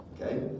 Okay